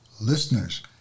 listeners